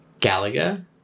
Galaga